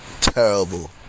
terrible